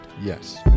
Yes